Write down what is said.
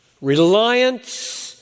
reliance